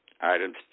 items